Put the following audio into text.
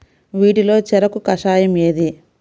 వీటిలో చెరకు కషాయం ఏది?